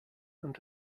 and